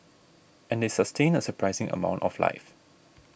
and they sustain a surprising amount of life